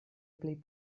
plej